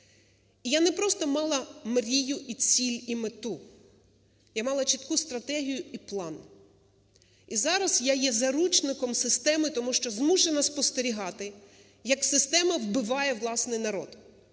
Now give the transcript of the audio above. І я не просто мала мрію і ціль, і мету, я мала чітку стратегію і план. І зараз я є заручником системи, тому що змушена спостерігати, як система вбиває власний народ.